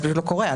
זה לא קורה.